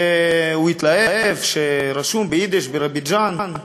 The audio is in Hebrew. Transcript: והוא התלהב שרשום ביידיש בירוביג'ן.